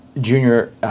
Junior